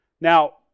Now